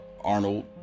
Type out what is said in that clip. Arnold